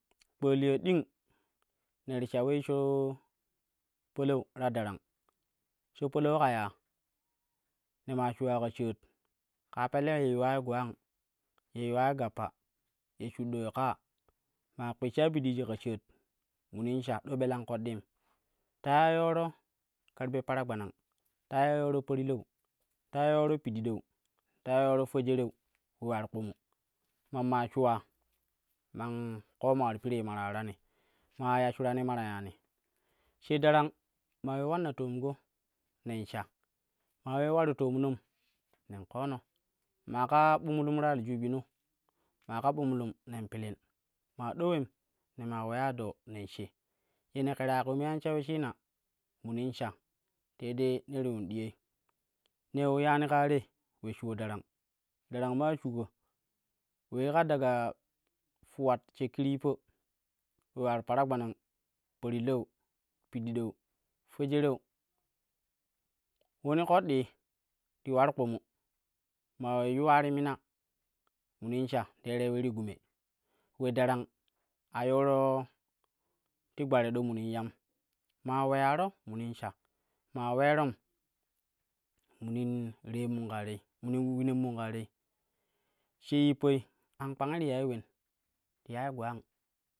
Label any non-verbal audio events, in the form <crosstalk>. <noise> Kpaliya ding ne ti sha ulei sho palau ta darang, sho palau ka ya ne maa shuwa ka shaat ƙaa pelle ye yuwai gulang, ye yuwai gappa, ye shuddai ƙaa, maa ƙpisha bi dligi ka shaat munin sha do belan koɗɗiim. Ta lya yooro karbe paragbanang ta iya yooro parilau ta iya yooro pididau ta iya yooro fejereu ule ular kpumu ma maa shuula man ƙoma ular pire ma ta ularani, ma ula ya shuran ye ma ta yani, she darang maa ule ulannan toomko nen sha, maa ulee ularu toomnom nen ƙoono, maa ka ɓumlum ta aljubino, maa ka ɓumlum nen pilin maa doulem ne maa illeya doo nen she, ye ne kerai ku me an sha uleshina te yedde ne ti yuun diyai nen yiu yani kaa te ule shuwa darang, darang maa shuga ule yika daga fuwat she kiryippa ule ular paragbanang, parilau pididau, fejereu uloni ƙoɗɗi ti war kpumu, maa ule yuwa ti mima munin sha teere ule ri gume, ule darang a yoro ti gbare do minin yam maa uleyaro munin sha, maa uleerom munin reenmu ƙaa tai, munin ulinan mun ƙaa tei she yippai an kpangi ti yai ulen ti yai gwang.